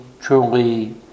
truly